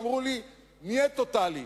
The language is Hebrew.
ואמרו לי "נייט" טוטלי.